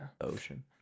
ocean